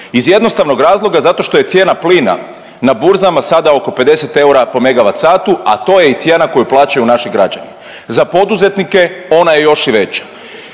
iz jednostavnog razloga zato što je cijena plina na burzama sada oko 50 eura po megavat satu, a to je i cijena koju plaćaju naši građani. Za poduzetnike ona je još i veća.